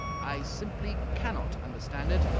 i simply cannot understand it.